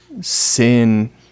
sin